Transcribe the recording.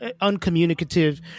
uncommunicative